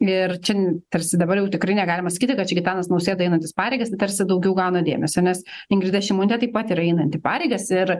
ir čia tarsi dabar jau tikrai negalima sakyti kad čia gitanas nausėda einantis pareigas tarsi daugiau gauna dėmesio nes ingrida šimonytė taip pat yra einanti pareigas ir